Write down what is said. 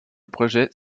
projet